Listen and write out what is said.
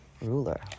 ruler